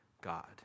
God